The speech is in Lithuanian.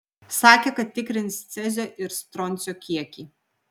sakė kad tikrins cezio ir stroncio kiekį